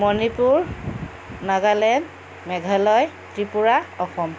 Manipur Nagaland Meghalaya Tripura Assam